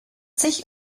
sich